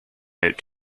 out